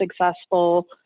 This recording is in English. successful